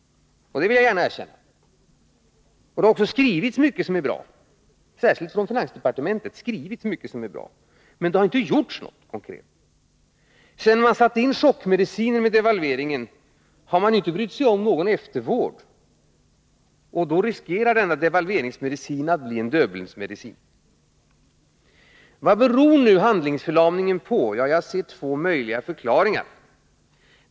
Det vill jag gärna erkänna. Det har också skrivits mycket som är bra, särskilt i finansdepartementet, men det har inte gjorts något konkret. Sedan chockmedicinen sattes in, i och med devalveringen, har man inte brytt sig om någon eftervård av svensk ekonomi. Därför riskerar devalveringsmedicinen att bli en Döbelnsmedicin. Vad beror nu handlingsförlamningen på? Jag ser två möjliga förklaringar.